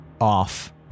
off